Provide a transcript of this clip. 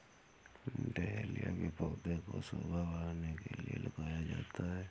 dahlia के पौधे को शोभा बढ़ाने के लिए लगाया जाता है